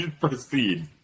proceed